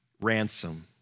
ransom